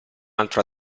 altro